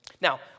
Now